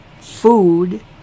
food